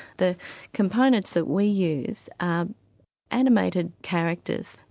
the components that we use are animated characters,